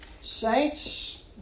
Saints